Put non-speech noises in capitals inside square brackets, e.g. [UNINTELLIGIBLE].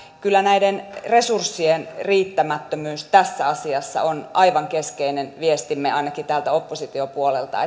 kyllä näiden resurssien riittämättömyys tässä asiassa on aivan keskeinen viestimme ainakin täältä oppositiopuolelta [UNINTELLIGIBLE]